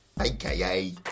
AKA